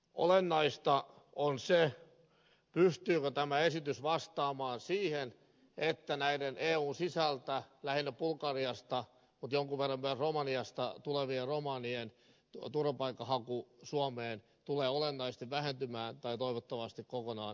olennaista on se pystyykö tämä esitys vastaamaan siihen että näiden eun sisältä lähinnä bulgariasta mutta jonkun verran myös romaniasta tulevien romanien turvapaikkahaku suomeen tulee olennaisesti vähentymään tai toivottavasti kokonaan loppumaan